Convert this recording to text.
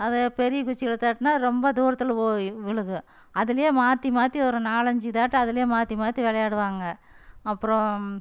அதை பெரிய குச்சியில தட்டினா ரொம்ப தூரத்தில் போய் விழுகும் அதிலே மாற்றி மாற்றி ஒரு நாலஞ்சி தாட்டம் அதிலே மாற்றி மாற்றி விளையாடுவாங்க அப்பறம்